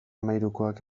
hamahirukoak